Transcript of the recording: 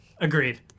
Agreed